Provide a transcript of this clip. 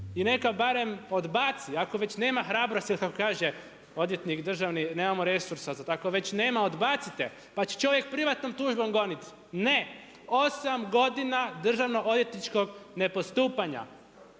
I neka barem odbaci ako već nema hrabrosti kako kaže odvjetnik državni „nemamo resursa“, ako već nema, odbacite, pa će čovjek privatnom tužbom goniti. Ne, 8 godina državnoodvjetničkog ne postupanja.